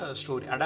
story